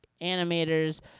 animators